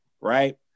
right